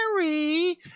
Harry